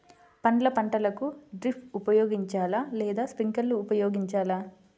పండ్ల పంటలకు డ్రిప్ ఉపయోగించాలా లేదా స్ప్రింక్లర్ ఉపయోగించాలా?